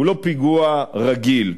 הוא לא פיגוע רגיל.